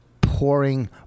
pouring